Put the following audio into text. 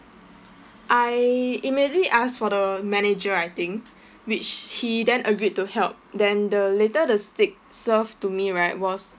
I immediately asked for the manager I think which he then agreed to help then the later the steak served to me right was